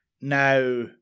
Now